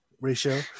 ratio